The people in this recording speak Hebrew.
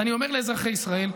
אז אני אומר לאזרחי ישראל: